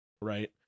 Right